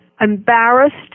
embarrassed